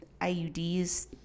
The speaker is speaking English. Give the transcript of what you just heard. IUDs